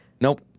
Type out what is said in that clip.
Nope